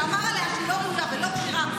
שאמר עליה שהיא לא ראויה ולא כשירה,